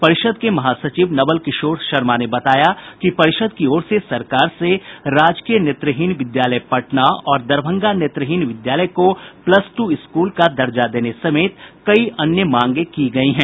परिषद के महासचिव नवल किशोर शर्मा ने बताया कि परिषद की ओर से सरकार से राजकीय नेत्रहीन विद्यालय पटना और दरभंगा नेत्रहीन विद्यालय को प्लस टू स्कूल का दर्जा देने समेत कई अन्य मांगे की गयी हैं